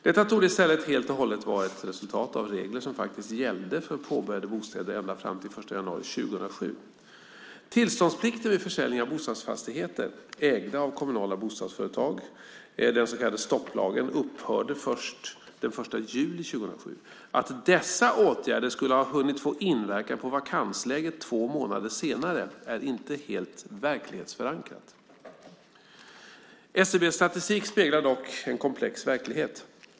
Detta torde i stället helt och hållet vara ett resultat av de regler som faktiskt gällde för påbörjade bostäder ända fram till den 1 januari 2007. Tillståndsplikten vid försäljning av bostadsfastigheter ägda av kommunala bostadsföretag, den så kallade stopplagen, upphörde först den 1 juli 2007. Att dessa åtgärder skulle ha hunnit få inverkan på vakansläget två månader senare är inte helt verklighetsförankrat. SCB:s statistik speglar dock en komplex verklighet.